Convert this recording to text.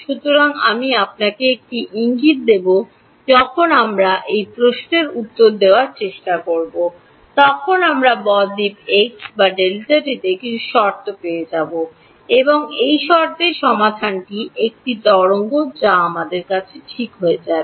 সুতরাং আমি আপনাকে একটি ইঙ্গিত দেব যখন আমরা এই প্রশ্নের উত্তর দেওয়ার চেষ্টা করব তখন আমরা ব দ্বীপ এক্স এবং ডেল্টা টিতে কিছু শর্ত পেয়ে যাব এবং সেই শর্তে সমাধানটি একটি তরঙ্গ যা আমরা ঠিক হয়ে যাব